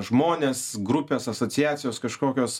žmonės grupės asociacijos kažkokios